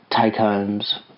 take-homes